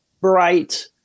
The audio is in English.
bright